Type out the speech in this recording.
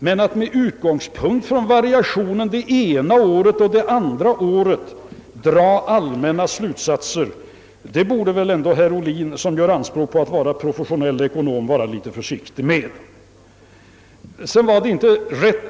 Jag tycker alltså att herr Ohlin, som gör anspråk på att vara professionell ekonom, borde vara litet försiktig med att dra allmänna slutsatser med utgångspunkt från variationerna det ena och det andra året.